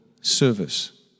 service